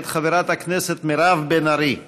מאת חברת הכנסת מירב בן ארי.